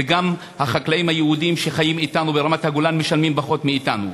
וגם החקלאים היהודים שחיים אתנו ברמת-הגולן משלמים פחות מאתנו.